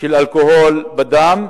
של אלכוהול בדם,